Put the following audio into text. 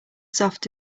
soft